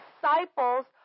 disciples